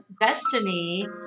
Destiny